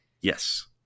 Yes